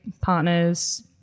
partners